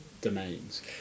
domains